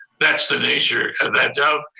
that's the nature of that job.